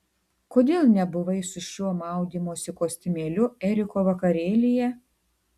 kodėl nebuvai su šiuo maudymosi kostiumėliu eriko vakarėlyje